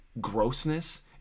grossness